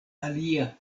alia